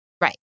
Right